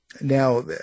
Now